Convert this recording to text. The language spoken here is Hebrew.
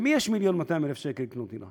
למי יש 1.2 מיליון שקל לקנות דירה